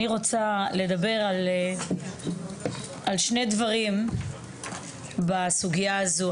אני רוצה לדבר על שני דברים בסוגיה הזאת.